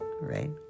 Right